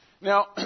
Now